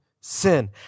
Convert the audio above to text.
sin